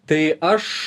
tai aš